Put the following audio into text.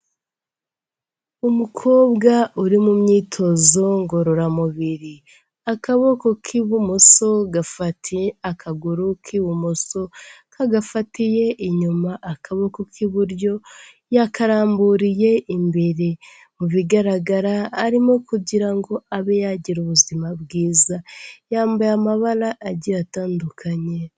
Umukobwa uri mu myitozo ngororamubiri, akaboko k'ibumoso gafatiye akaguru k'ibumoso kagafatiye inyuma, akaboko k'iburyo yakaramburiye imbere, mu bigaragara arimo kugira ngo abe yagira ubuzima bwiza, yambaye amabara agiye atandukanye.